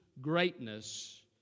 greatness